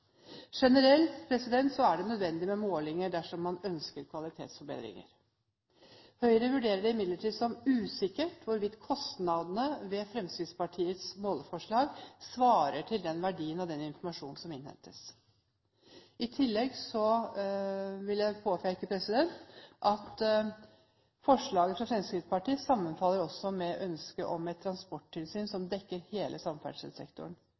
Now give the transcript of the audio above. Generelt er det nødvendig med målinger dersom man ønsker kvalitetsforbedringer. Høyre vurderer det imidlertid som usikkert hvorvidt kostnadene ved Fremskrittspartiets måleforslag svarer til den verdien og den informasjonen som innhentes. I tillegg vil jeg påpeke at forslaget fra Fremskrittspartiet sammenfaller med ønsket om et transporttilsyn som dekker hele samferdselssektoren.